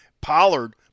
Pollard